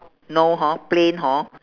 no hor plain hor